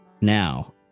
now